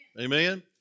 Amen